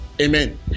Amen